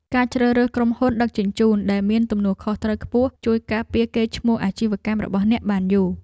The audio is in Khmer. ការជ្រើសរើសក្រុមហ៊ុនដឹកជញ្ជូនដែលមានទំនួលខុសត្រូវខ្ពស់ ជួយការពារកេរ្តិ៍ឈ្មោះអាជីវកម្មរបស់អ្នកបានយូរ។